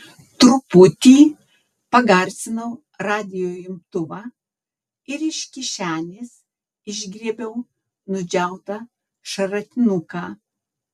truputį pagarsinau radijo imtuvą ir iš kišenės išgriebiau nudžiautą šratinuką